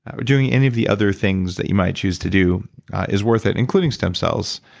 doing any of the other things that you might choose to do is worth it, including stem cells.